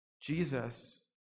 Jesus